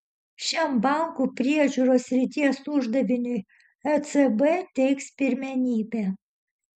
šiam bankų priežiūros srities uždaviniui ecb teiks pirmenybę